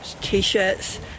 t-shirts